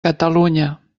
catalunya